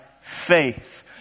faith